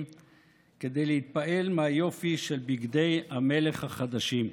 כדי להתפעל מהיופי של בגדי המלך החדשים.